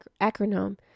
acronym